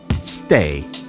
stay